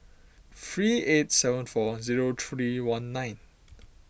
three eight seven four zero three one nine